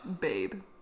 babe